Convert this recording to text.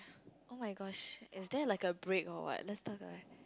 oh-my-gosh is there like a break or what let's talk like